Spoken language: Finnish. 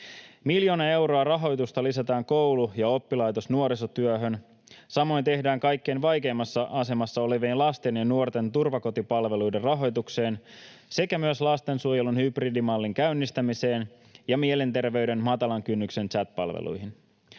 Miljoona euroa rahoitusta lisätään koulu- ja oppilaitosnuorisotyöhön, samoin tehdään kaikkein vaikeimmassa asemassa olevien lasten ja nuorten turvakotipalveluiden rahoitukseen sekä myös lastensuojelun hybridimallin käynnistämiseen ja mielenterveyden matalan kynnyksen chat-palveluihin.